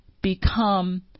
become